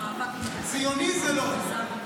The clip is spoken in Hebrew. ציוני זה לא.